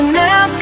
now